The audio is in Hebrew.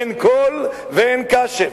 אין קול ואין קשב,